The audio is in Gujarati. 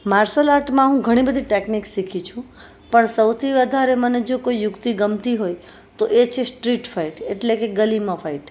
માર્શલ આર્ટમાં હું ઘણી બધી ટેકનિક શીખી છું પણ સૌથી વધારે મને જો કોઈ યુક્તિ ગમતી હોય તો એ છે સ્ટ્રીટ ફાઇટ એટલે કે ગલીમાં ફાઇટ